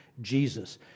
Jesus